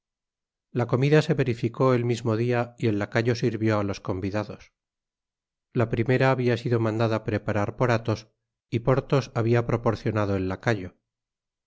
la comida se verificó el mismo dia y el lacayo sirvió á los convidados la primera habia sido mandada preparar por athos y porthos habia proporcionado el lacayo era